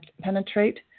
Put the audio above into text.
penetrate